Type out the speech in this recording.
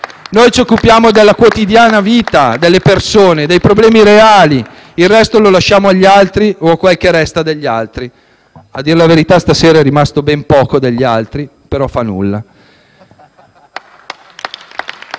Noi ci occupiamo della vita quotidiana delle persone, dei problemi reali. Il resto lo lasciamo agli altri o a quel che resta degli altri. A dir la verità, questa sera è rimasto ben poco degli altri, però fa nulla.